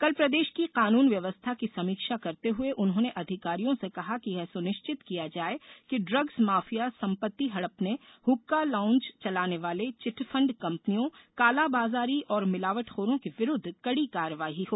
कल प्रदेश की कानून व्यवस्था की समीक्षा करते हुए उन्होंने अधिकारियों से कहा कि यह सुनिश्चित किया जाये कि ड्रग्स माफिया संपत्ति हड़पने हक्का लाउंज चलाने वाले चिटफंड कंपनियों काला बाजारी और मिलावटखारों के विरूद्व कड़ी कार्यवाही हो